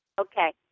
Okay